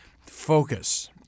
focus